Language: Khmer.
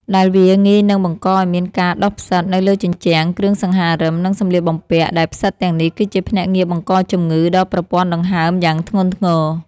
ដែលវាងាយនឹងបង្កឱ្យមានការដុះផ្សិតនៅលើជញ្ជាំង គ្រឿងសង្ហារិម និងសំលៀកបំពាក់ ដែលផ្សិតទាំងនេះគឺជាភ្នាក់ងារបង្កជំងឺដល់ប្រព័ន្ធដង្ហើមយ៉ាងធ្ងន់ធ្ងរ។